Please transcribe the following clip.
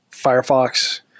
Firefox